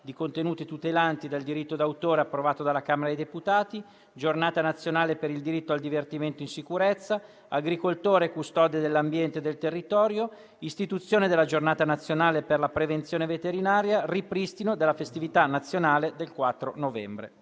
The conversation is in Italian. di contenuti tutelati dal diritto d'autore, approvato dalla Camera dei deputati; Giornata nazionale per il diritto al divertimento in sicurezza; agricoltore custode dell'ambiente e del territorio; istituzione della Giornata nazionale per la prevenzione veterinaria; ripristino della festività nazionale del 4 novembre.